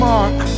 Mark